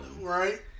Right